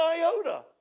iota